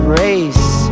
race